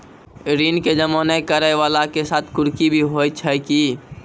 ऋण के जमा नै करैय वाला के साथ कुर्की भी होय छै कि?